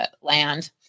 land